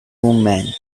men